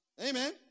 Amen